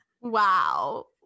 Wow